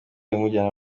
imujyana